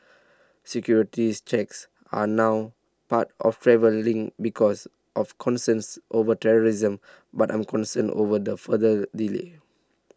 securities checks are now part of travelling because of concerns over terrorism but I'm concerned over the further delay